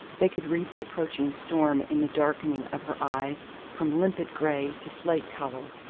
they could read the approaching storm in the darkening of her eyes from limpid grey to slate-colour,